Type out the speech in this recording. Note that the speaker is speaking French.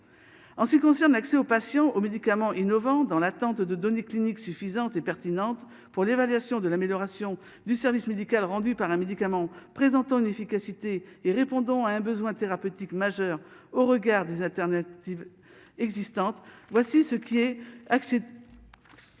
en ce qui concerne l'accès aux patients aux médicament innovant dans l'attente de données cliniques suffisante et pertinentes pour l'évaluation de l'amélioration du service médical rendu par les médicament présentant une efficacité et répondant à un besoin thérapeutique majeur au regard des alternatives existantes, voici ce qu'il y ait accès.